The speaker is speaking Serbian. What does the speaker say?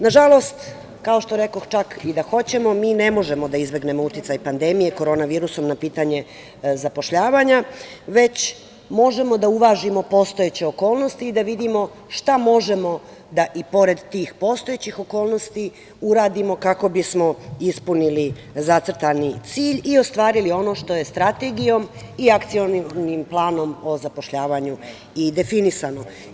Nažalost, kao što rekoh, čak i da hoćemo, mi ne možemo da izbegnemo uticaj pandemije korona virusom na pitanje zapošljavanja, već možemo da uvažimo postojeće okolnosti i da vidimo šta možemo da i pored tih postojećih okolnosti uradimo kako bismo ispunili zacrtani cilj i ostvarili ono što je Strategijom i Akcionim planom o zapošljavanju i definisano.